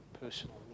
personal